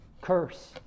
curse